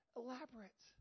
elaborate